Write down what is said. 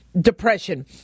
depression